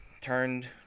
Turned